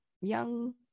young